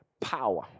power